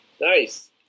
nice